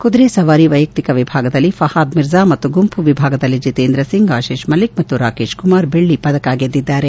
ಕುದುರೆ ಸವಾರಿ ವೈಯಕ್ತಿಕ ವಿಭಾಗದಲ್ಲಿ ಫಹಾದ್ ಮಿರ್ಜಾ ಮತ್ತು ಗುಂಪು ವಿಭಾಗದಲ್ಲಿ ಜಿತೇಂದ್ರ ಸಿಂಗ್ ಆಶಿಸ್ ಮಲ್ಲಿಕ್ ಮತ್ತು ರಾಕೇಶ್ ಕುಮಾರ್ ಬೆಳ್ಳಿ ಗೆದ್ದಿದ್ದಾರೆ